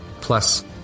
plus